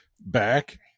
back